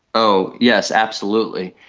oh yes, absolutely.